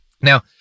Now